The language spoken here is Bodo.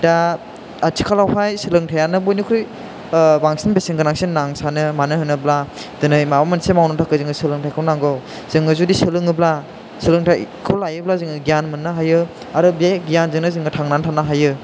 दा आथिखालावहाय सोलोंथाइयानो बयनिख्रुइ बांसिन बेसेन गोनांसिन होनना आं सानो मानो होनोब्ला दिनै माबा मोनसे मावनो थाखाय जोंनो सोलोंथाइखौ नांगौ जोङो जुदि सोलोङोब्ला सोलोंथाइखौ लायोब्ला जोङो गियान मोन्नो हायो आरो बे गियान जोंनो जोङो थांनानै थानो हायो